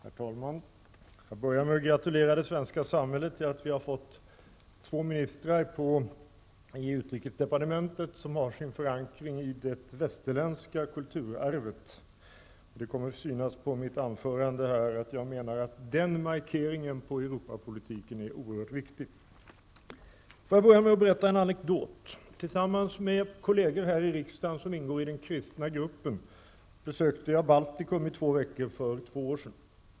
Herr talman! Jag börjar med att gratulera det svenska samhället till att vi i utrikesdepartementet har fått ministrar som har sin förankring i det västerländska kulturarvet. Det kommer att synas på mitt anförande här att jag menar att denna markering på Europapolitiken är oerhört viktig. Får jag börja med att berätta en anekdot. Tillsammans med kolleger här i riksdagen som ingår i den kristna gruppen besökte jag Baltikum under två veckor för två år sedan.